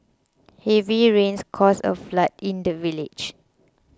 heavy rains caused a flood in the village